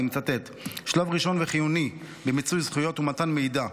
אני מצטט: "שלב ראשון וחיוני במיצוי זכויות ומתן מידע.